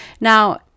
now